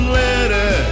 letter